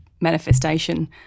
manifestation